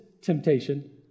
temptation